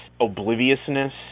obliviousness